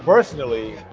personally,